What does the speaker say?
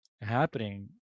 happening